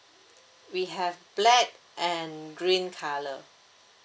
we have black and green colour